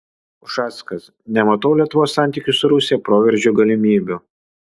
ušackas nematau lietuvos santykių su rusija proveržio galimybių